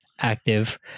active